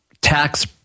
tax